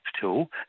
tool